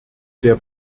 der